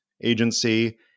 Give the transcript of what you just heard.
Agency